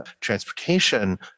transportation